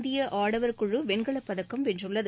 இந்திய ஆடவர்குழு வெண்கலப்பதக்கம் வென்றுள்ளது